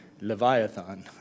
*Leviathan*